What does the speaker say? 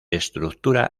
estructura